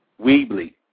Weebly